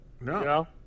No